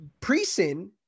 pre-sin